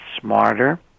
smarter